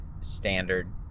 standard